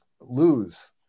lose